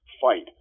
fight